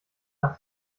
nach